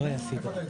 אני רוצה להתייחס